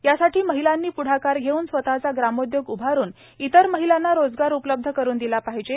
यासाठी महिलांनी पुढाकार धेऊन स्वतरूचा ग्रामोद्योग उआरुन इतर महिलांना रोजगार उपलब्ध करुन दिला पाहिजे